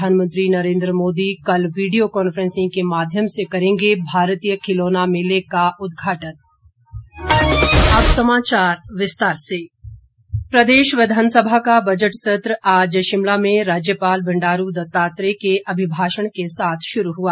प्रधानमंत्री नरेन्द्र मोदी कल video conferencing के माध्यम से करेंगे भारतीय खिलौना मेले का उद्घाटन अभिभाषण प्रदेश विधानसभा का बजट सत्र आज शिमला में राज्यपाल बंडारू दत्तात्रेय के अभिभाषण के साथ आंरभ हुआ